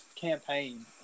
campaign